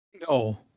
No